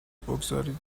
بگذارید